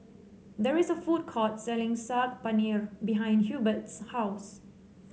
there is a food court selling Saag Paneer behind Hubert's house